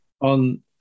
on